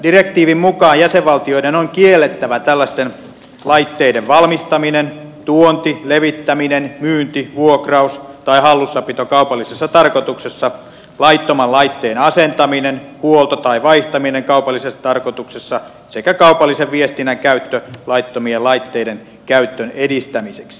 direktiivin mukaan jäsenvaltioiden on kiellettävä tällaisten laitteiden valmistaminen tuonti levittäminen myynti vuokraus tai hallussapito kaupallisessa tarkoituksessa laittoman laitteen asentaminen huolto tai vaihtaminen kaupallisessa tarkoituksessa sekä kaupallisen viestinnän käyttö laittomien laitteiden käytön edistämiseksi